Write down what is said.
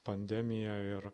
pandemiją ir